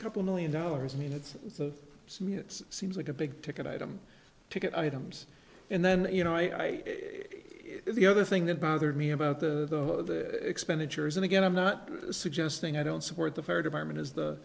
couple million dollars i mean it's the same it's seems like a big ticket item ticket items and then you know i the other thing that bothered me about the expenditures and again i'm not suggesting i don't support the fire department is th